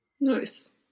Nice